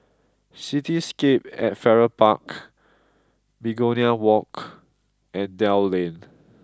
cityscape at Farrer Park Begonia Walk and Dell Lane